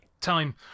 time